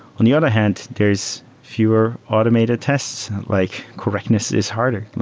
on the other hand, there is fewer automated tests, like correctness is harder.